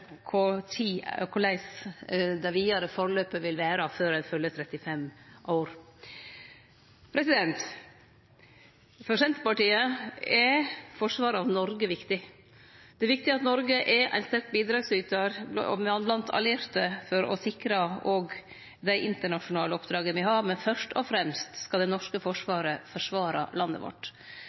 korleis det vidare forløpet vil vere, før ein fyller 35 år. For Senterpartiet er forsvaret av Noreg viktig. Det er viktig at Noreg er ein sterk bidragsytar blant allierte for å sikre òg det internasjonale oppdraget me har, men først og fremst skal det norske forsvaret forsvare landet vårt.